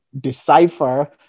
decipher